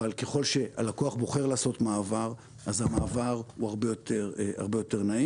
אבל ככל שהלקוח בוחר לעשות מעבר אז המעבר הוא הרבה יותר נעים.